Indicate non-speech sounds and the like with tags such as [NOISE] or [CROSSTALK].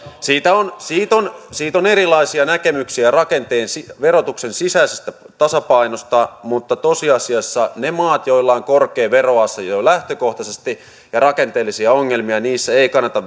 siitä on siitä on erilaisia näkemyksiä verotuksen sisäisestä tasapainosta mutta tosiasiassa niissä maissa joissa on korkea veroaste jo lähtökohtaisesti ja rakenteellisia ongelmia ei kannata [UNINTELLIGIBLE]